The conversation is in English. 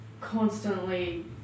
constantly